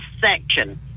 section